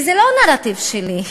זה לא הנרטיב שלי,